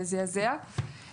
שזעזע אותי באופן אישי,